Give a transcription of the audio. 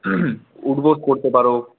উঠ বস করতে পার